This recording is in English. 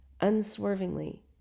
unswervingly